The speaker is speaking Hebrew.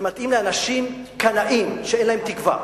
זה מתאים לאנשים קנאים שאין להם תקווה.